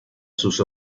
sus